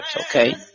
okay